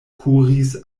kuris